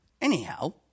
anyhow